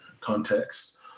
context